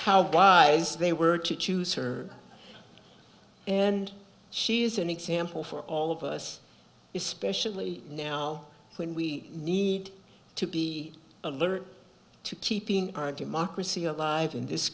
how wise they were to choose her and she is an example for all of us especially now when we need to be alert to keeping our democracy alive in this